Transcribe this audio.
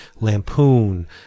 Lampoon